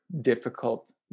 difficult